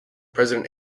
president